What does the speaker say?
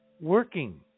working